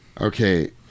Okay